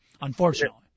unfortunately